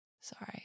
Sorry